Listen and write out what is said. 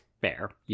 fair